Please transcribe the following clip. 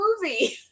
movie